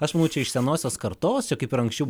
aš čia iš senosios kartos kaip ir anksčiau